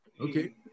Okay